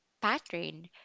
pattern